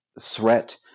threat